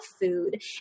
food